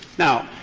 now,